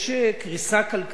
יש קריסה כלכלית,